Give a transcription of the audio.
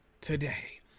today